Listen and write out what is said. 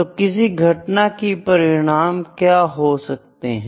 तो किसी घटना की परिणाम क्या हो सकते हैं